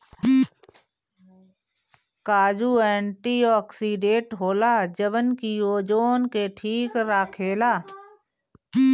काजू एंटीओक्सिडेंट होला जवन की ओजन के ठीक राखेला